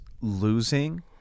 losing